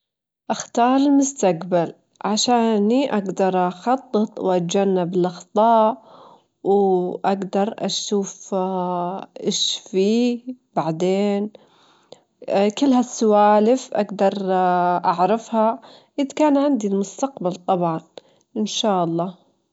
إذا تبغين تحضرين ساندوتش، تاخدين شريحتين من الخبز تحطين فيهم الجبن أو أي حشوة تبينها، تحبين التونة أو اللحم البارد، تجفلينهم وتجطعينهم حسب رغبتشك.